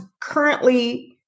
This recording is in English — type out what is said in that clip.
currently